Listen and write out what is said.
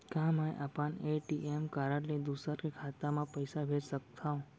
का मैं अपन ए.टी.एम कारड ले दूसर के खाता म पइसा भेज सकथव?